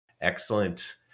Excellent